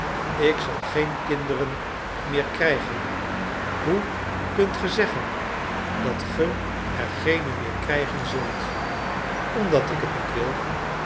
ik zal geen kinderen meer krijgen hoe kunt ge zeggen dat ge er geene meer krijgen zult omdat ik het niet wil